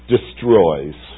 destroys